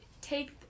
take